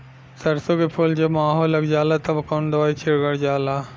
सरसो के फूल पर जब माहो लग जाला तब कवन दवाई छिड़कल जाला?